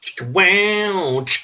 Wow